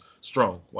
strong